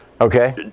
okay